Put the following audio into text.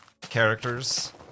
characters